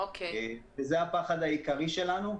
זה הפחד העיקרי שלנו,